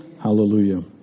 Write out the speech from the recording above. Hallelujah